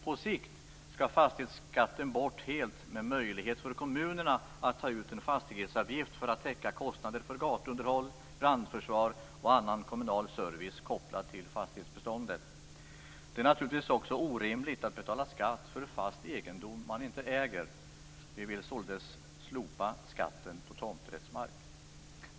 På sikt skall fastighetsskatten bort helt, med möjlighet för kommunerna att ta ut en fastighetsavgift för att täcka kostnader för gatuunderhåll, brandförsvar och annan kommunal service kopplad till fastighetsbeståndet. Det är naturligtvis också orimligt att betala skatt för fast egendom man inte äger. Vi vill således slopa skatten på tomträttsmark.